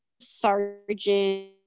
Sergeant